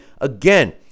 again